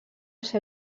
ser